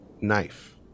knife